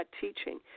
teaching